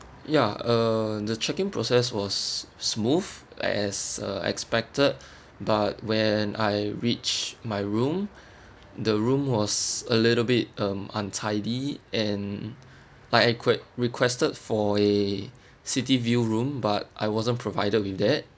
ya uh the check in process was smooth as uh expected but when I reach my room the room was a little bit um untidy and like I que~ requested for a city view room but I wasn't provided with that